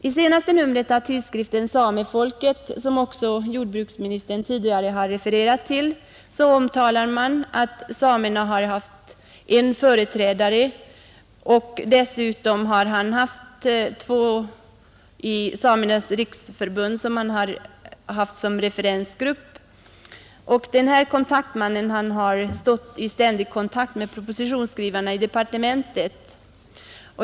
I det senaste numret av tidskriften Samefolket, som också jordbruksministern tidigare har refererat till, omtalas det att samerna har haft en företrädare — som i sin tur dessutom har haft två personer i Samernas riksförbund som referensgrupp — som stått i ständig kontakt med propositionsskrivarna i departementet.